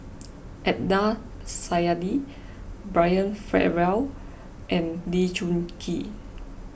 Adnan Saidi Brian Farrell and Lee Choon Kee